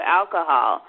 alcohol